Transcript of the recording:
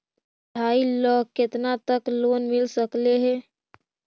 पढाई ल केतना तक लोन मिल सकले हे?